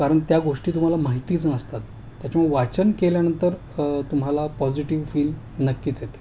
कारण त्या गोष्टी तुम्हाला माहितीच नसतात त्याच्यामुळे वाचन केल्यानंतर तुम्हाला पॉझिटिव्ह फील नक्कीच येते